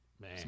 Man